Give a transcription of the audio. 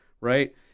right